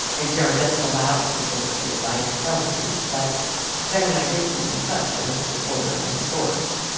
npr doesn't allow its reporters to advise the government. but ben and i did keep in touch as reporter and source.